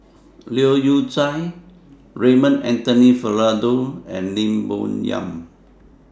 Leu Yew Chye Raymond Anthony Fernando and Lim Bo Yam